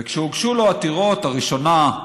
וכשהוגשו לו עתירות, הראשונה,